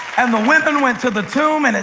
and the women went to the tomb, and